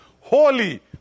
holy